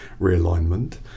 realignment